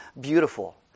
beautiful